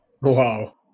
Wow